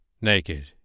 Naked